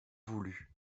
voulu